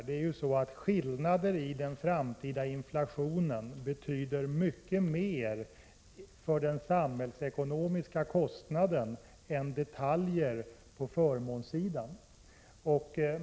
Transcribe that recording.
Det är så att skillnader i den framtida inflationen betyder mycket mer för den samhällsekonomiska kostnaden än detaljer på förmånssidan.